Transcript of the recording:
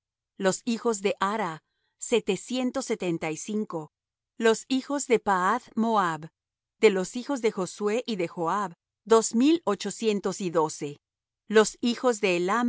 los hijos de ara setecientos setenta y cinco los hijos de pahath moab de los hijos de josué y de joab dos mil ochocientos y doce los hijos de